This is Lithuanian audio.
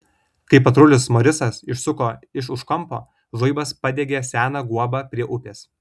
kai patrulis morisas išsuko iš už kampo žaibas padegė seną guobą prie upės